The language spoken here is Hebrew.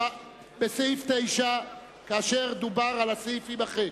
אנחנו נמצאים בסעיף 9 כאשר דובר על כך שהסעיף יימחק.